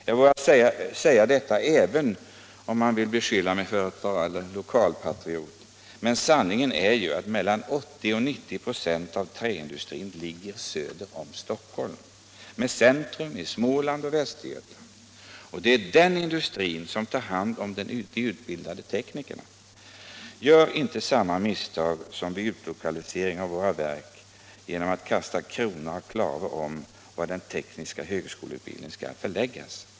Jag vågar säga detta även om man vill beskylla mig för att vara lokalpatriot. Men sanningen är ju den att mellan 80 och 90 ?6 av träindustrin ligger söder om Stockholm med centrum i Småland och Västergötland och att det är den industrin som tar hand om de utbildade teknikerna. Gör inte samma misstag som vid utlokaliseringen av våra verk genom att kasta krona och klave om var den tekniska högskoleutbildningen skall förläggas!